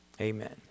Amen